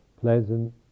pleasant